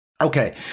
Okay